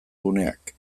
guneak